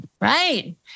Right